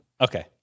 Okay